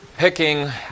picking